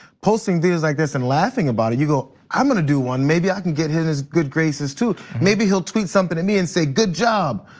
posting things like this and laughing about it, you go, i'm gonna do one maybe i can get his good graces too, maybe he'll tweet something to me and say good job,